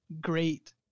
great